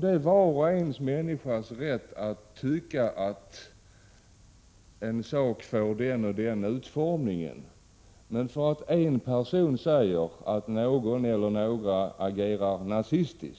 Det är var människas rätt att tycka att en sak får en viss utformning. Men hela A-pressen och LO-pressen